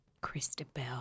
Christabel